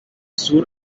sur